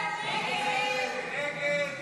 הסתייגות